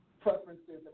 preferences